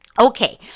okay